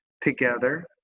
together